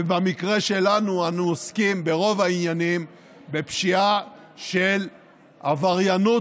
ובמקרה שלנו אנו עוסקים ברוב העניינים בפשיעה של עבריינות